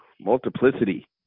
Multiplicity